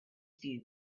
few